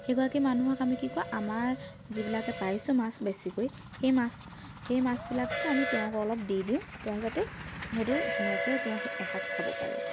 সেইগৰাকী মানুহক আমি কি কৰোঁ আমাৰ যিবিলাকে পাইছোঁ মাছ বেছিকৈ সেই মাছ সেই মাছবিলাককে আমি তেওঁক অলপ দি দিওঁ তেওঁ যাতে সেইটো ধুনীয়াকে তেওঁ এসাঁজ খাব পাৰে